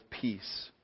Peace